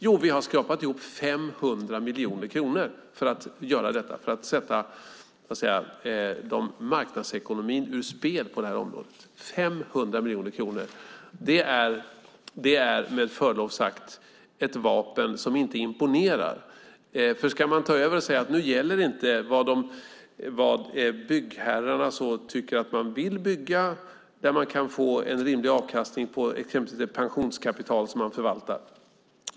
Ni har skrapat ihop 500 miljoner kronor för att göra detta - för att sätta marknadsekonomin ur spel på området. 500 miljoner kronor är med förlov sagt ett vapen som inte imponerar. Man ska ta över och säga att nu gäller inte det som byggherrarna säger om var de vill bygga, exempelvis där man kan få en rimlig avkastning på pensionskapital som man förvaltar.